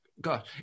God